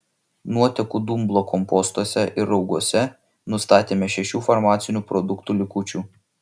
nuotekų dumblo kompostuose ir rauguose nustatėme šešių farmacinių produktų likučių